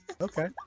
Okay